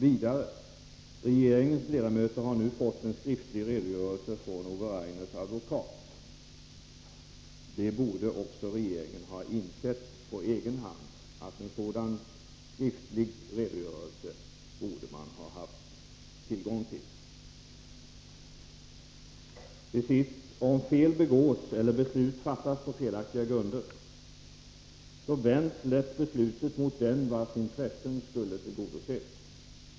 Vidare: Regeringens ledamöter har nu fått en skriftlig redogörelse från Ove Rainers advokat. Att man borde ha haft tillgång till en sådan skriftlig redogörelse borde regeringen också ha insett på egen hand. Till sist: Om fel begås och beslut fattas på felaktiga grunder, vänds beslutet lätt mot den vars intressen skulle tillgodoses.